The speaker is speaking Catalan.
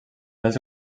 pèls